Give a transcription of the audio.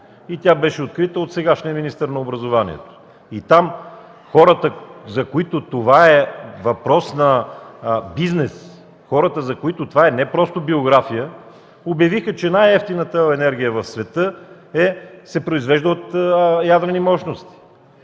и тя беше открита от сегашния министър на образованието. Там хората, за които това е въпрос на бизнес, за които това е не просто биография, обявиха, че най-евтината електроенергия в света се произвежда от ядрени мощности.